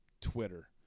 Twitter